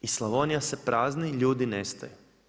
I Slavonija se prazni, ljudi nestaju.